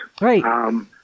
Right